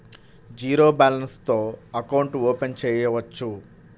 Zero balance తో account open చేయవచ్చు?